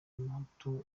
umuhutu